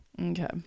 Okay